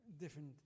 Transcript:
different